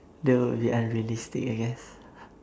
that would be unrealistic I guess